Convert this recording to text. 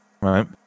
Right